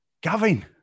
Gavin